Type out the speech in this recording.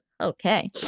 Okay